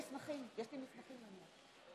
כבוד הנשיא! (חברי הכנסת מכבדים בקימה את פני נשיא המדינה.)